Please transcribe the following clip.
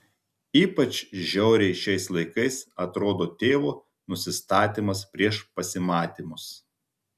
ypač žiauriai šiais laikais atrodo tėvo nusistatymas prieš pasimatymus